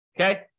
Okay